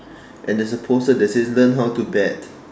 and there's a poster that says learn how to bet